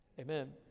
Amen